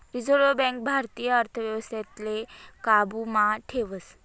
reserve bank भारतीय अर्थव्यवस्थाले काबू मा ठेवस